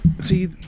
see